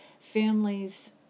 families